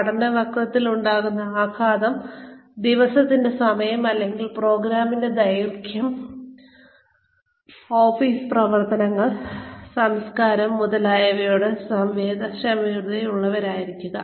പഠന വക്രത്തിൽ ഉണ്ടാക്കുന്ന ആഘാതം ദിവസത്തിന്റെ സമയം അല്ലെങ്കിൽ പ്രോഗ്രാമിന്റെ ദൈർഘ്യം ഓഫീസ് പ്രവർത്തനങ്ങൾ സംസ്കാരം മുതലായവയോട് സംവേദനക്ഷമതയുള്ളവരായിരിക്കുക